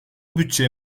bütçe